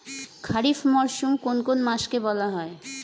খারিফ মরশুম কোন কোন মাসকে বলা হয়?